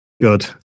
Good